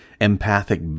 empathic